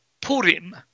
Purim